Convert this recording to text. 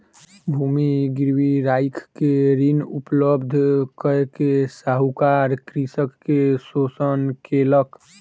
भूमि गिरवी राइख के ऋण उपलब्ध कय के साहूकार कृषक के शोषण केलक